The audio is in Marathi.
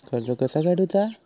कर्ज कसा काडूचा?